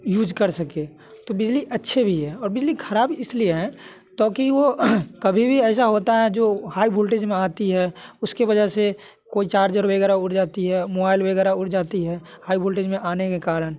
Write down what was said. use कर सके तो बिजली अच्छे भी है और बिजली खराब इसलिए हैं ताकि वो कभी भी ऐसा होता है जो हाई वोल्टेज में आती है उसके वजह से कोई चारजर वगैरह उड़ जाती है मोबाइल वगैरह उड़ जाती है हाई वोल्टेज में आने के कारण